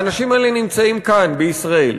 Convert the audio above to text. האנשים האלה נמצאים כאן, בישראל.